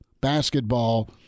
basketball